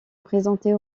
présenter